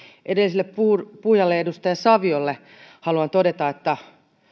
edelliselle puhujalle edustaja saviolle haluan todeta että